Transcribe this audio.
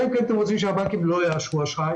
אלא אם כן אתם רוצים שהבנקים לא יאשרו אשראי,